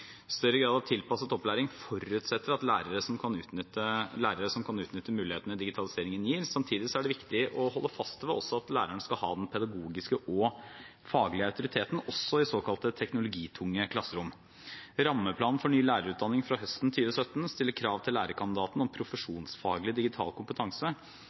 Større grad av tilpasset opplæring forutsetter lærere som kan utnytte mulighetene digitaliseringen gir. Samtidig er det viktig å holde fast ved at læreren skal ha den pedagogiske og den faglige autoriteten, også i såkalte teknologitunge klasserom. Rammeplanen for ny lærerutdanning fra høsten 2017 stiller krav til lærerkandidaten om profesjonsfaglig digital kompetanse.